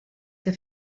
que